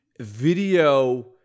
video